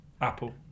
Apple